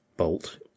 bolt